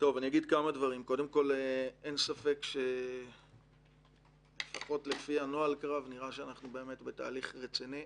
אין ספק שלפחות לפי נוהל קרב נראה שאנחנו בתהליך רציני